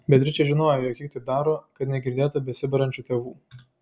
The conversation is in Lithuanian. beatričė žinojo jog ji taip daro kad negirdėtų besibarančių tėvų